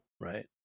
Right